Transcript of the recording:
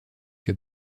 que